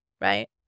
right